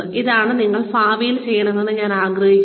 ഇതാണ് നിങ്ങൾ ഭാവിയിൽ ചെയ്യണമെന്ന് ഞാൻ ആഗ്രഹിക്കുന്നത്